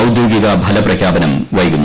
ഔദ്യോഗിക ഫലപ്രഖ്യാപനം വൈകുന്നു